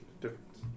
Difference